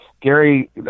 Gary